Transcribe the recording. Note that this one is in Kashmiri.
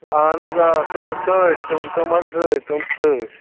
اَہَن حظ آ تِم سۭتۍ تِم تِم حظ سۭتۍ تِم سۭتۍ